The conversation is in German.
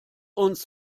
uns